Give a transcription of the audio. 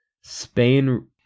Spain